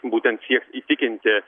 būtent tiek įtikinti